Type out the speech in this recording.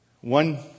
One